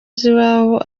z’iwabo